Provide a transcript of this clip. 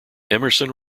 emerson